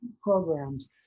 programs